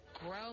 Grow